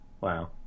wow